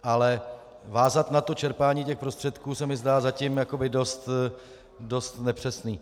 Ale vázat na to čerpání prostředků se mi zdá zatím jakoby dost nepřesné.